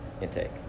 intake